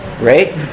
right